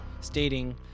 stating